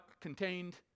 contained